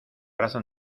brazo